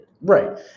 Right